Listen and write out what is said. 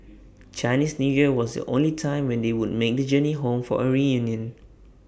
Chinese New Year was the only time when they would make the journey home for A reunion